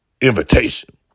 invitation